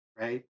right